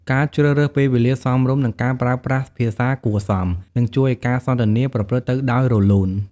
ការជ្រើសរើសពេលវេលាសមរម្យ និងការប្រើប្រាស់ភាសាគួរសម នឹងជួយឲ្យការសន្ទនាប្រព្រឹត្តទៅដោយរលូន។